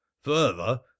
further